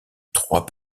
trois